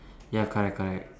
ya correct correct